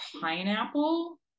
pineapple